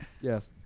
Yes